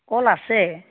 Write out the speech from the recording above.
কল আছে